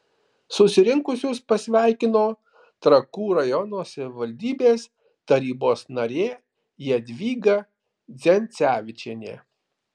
susirinkusius pasveikino trakų rajono savivaldybės tarybos narė jadvyga dzencevičienė